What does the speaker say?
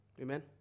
Amen